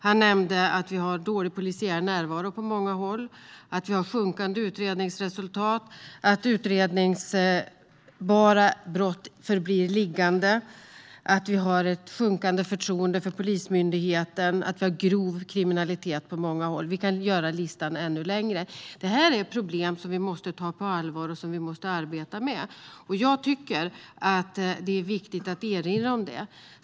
Han nämnde dålig polisiär närvaro på många håll, sjunkande utredningsresultat, att utredningsbara brott förblir liggande, sjunkande förtroende för Polismyndigheten och grov kriminalitet på många håll. Listan kan göras ännu längre. Det här är problem som vi måste ta på allvar och arbeta med. Det är viktigt att erinra om det.